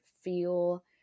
feel